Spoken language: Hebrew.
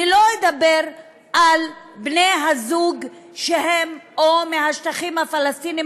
אני לא אדבר על בני זוג שהם או מהשטחים הפלסטינים